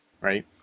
right